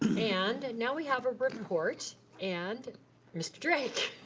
yeah and and now we have a report and mr. drake.